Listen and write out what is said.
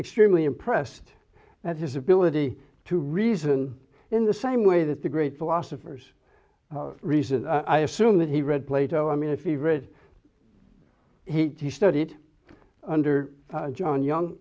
extremely impressed at his ability to reason in the same way that the great philosophers reason i assume that he read plato i mean if you read he studied under john young